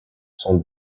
sont